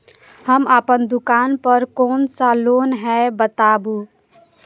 हम अपन दुकान पर कोन सा लोन हैं बताबू?